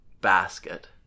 basket